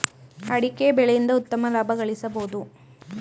ಅಡಿಕೆ ಬೆಳೆಯಿಂದ ಉತ್ತಮ ಲಾಭ ಗಳಿಸಬೋದು